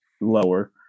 lower